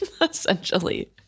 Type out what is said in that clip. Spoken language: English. essentially